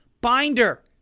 binder